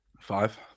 five